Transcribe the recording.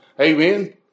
Amen